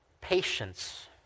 patience